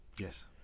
Yes